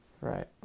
Right